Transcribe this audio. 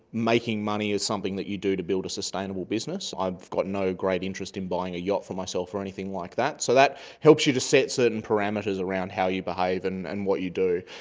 making money is something that you do to build a sustainable business. i've got no great interest in buying a yacht for myself or anything like that. so that helps you to set certain parameters around how you behave and and what you do.